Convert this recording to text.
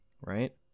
right